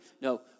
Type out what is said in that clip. No